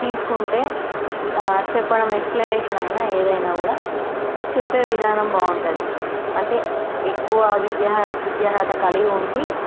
తీసుకుంటే చెప్పడం ఎక్స్ప్లనేషన్ అయినా ఏదైనా కూడా చెప్పే విధానం బాగుంటుంది అంటే ఎక్కువ విద్యా అర్హత విద్యా అర్హత కలిగి ఉండి